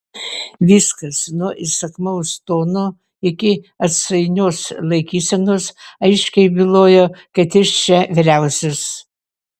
viskas nuo įsakmaus tono iki atsainios laikysenos aiškiai bylojo kad jis čia vyriausias